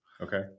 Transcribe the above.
okay